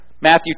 Matthew